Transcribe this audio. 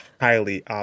highly